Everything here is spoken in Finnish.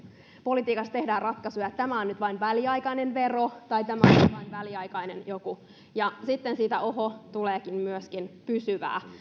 politiikassa tehdään ratkaisuja että tämä on nyt vain väliaikainen vero tai tämä on vain väliaikainen joku ja sitten siitä ohhoh tuleekin myöskin pysyvää